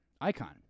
Icon